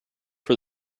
for